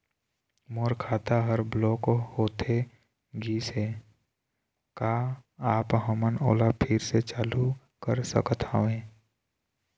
मोर खाता हर ब्लॉक होथे गिस हे, का आप हमन ओला फिर से चालू कर सकत हावे?